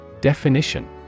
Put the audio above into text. Definition